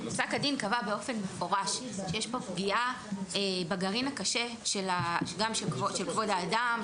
פסק הדין קבע באופן מפורש שיש פה פגיעה בגרעין הקשה גם של כבוד האדם,